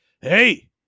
hey